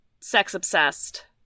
sex-obsessed